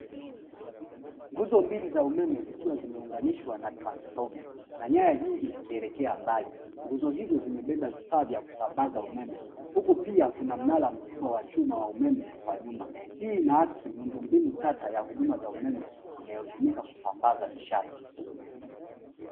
Nguzo mbili za umeme zikiwa zimeunganishwa na transfoma na nyaya nyingi zikielekea mbali. Nguzo hizo zimebeba vifaa vya kusambaza umeme huku pia kuna mnara mkubwa wa chuma wa umeme kwa nyuma. Hii inaaksi miundombinu chanya ya huduma za umeme inayotumika kusambaza nishati.